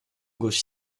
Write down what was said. gauche